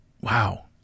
Wow